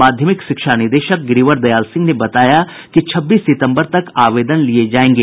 माध्यमिक शिक्षा निदेशक गिरिवर दयाल सिंह ने बताया कि छब्बीस सितम्बर तक आवेदन लिये जायेंगे